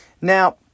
Now